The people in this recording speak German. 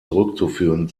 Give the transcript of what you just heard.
zurückzuführen